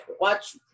Watch